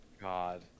God